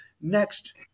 next